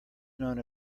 known